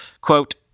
quote